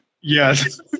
Yes